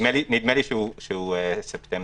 נדמה לי שהוא ספטמבר.